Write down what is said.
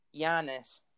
Giannis